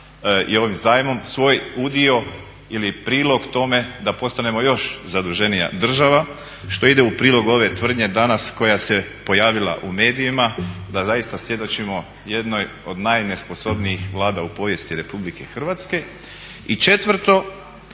i ovim zajmom svoj udio ili prilog tome da postanemo još zaduženija država što ide u prilog ove tvrdnje danas koja se pojavila u medijima da zaista svjedočimo jednoj od najnesposobnijih Vlada u povijesti RH. I četvrto,